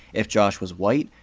if josh was white,